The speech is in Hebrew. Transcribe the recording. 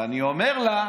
אני אומר לה: